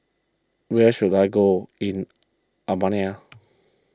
where should I go in Albania